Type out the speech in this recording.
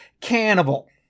cannibal